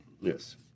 Yes